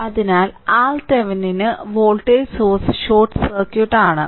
അതിനാൽ RThevenin ന് voltage source short circuit ആണ്